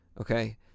okay